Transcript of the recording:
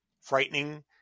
frightening